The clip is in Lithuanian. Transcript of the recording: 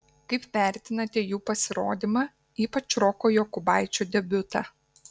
kaip vertinate jų pasirodymą ypač roko jokubaičio debiutą